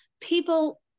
people